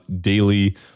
daily